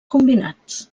combinats